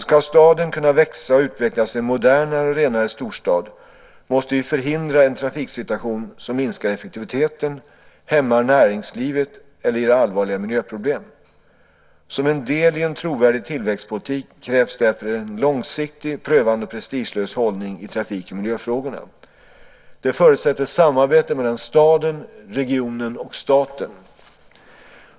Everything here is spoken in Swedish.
Ska staden kunna växa och utvecklas till en modernare och renare storstad måste vi förhindra en trafiksituation som minskar effektiviteten, hämmar näringslivet eller ger allvarliga miljöproblem. Som en del i en trovärdig tillväxtpolitik krävs därför en långsiktig, prövande och prestigelös hållning i trafik och miljöfrågorna. Det förutsätter samarbete mellan staden, regionen och staten.